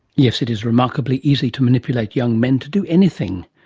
yes, it is remarkably easy to manipulate young men to do anything.